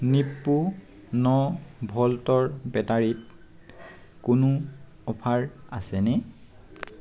Nippo ন ভল্টৰ বেটাৰীত কোনো অফাৰ আছেনে